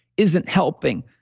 isn't helping,